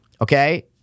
okay